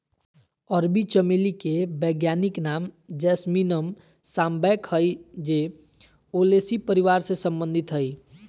अरबी चमेली के वैज्ञानिक नाम जैस्मीनम सांबैक हइ जे ओलेसी परिवार से संबंधित हइ